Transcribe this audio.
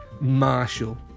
marshall